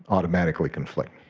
automatically conflict.